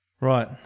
Right